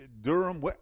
Durham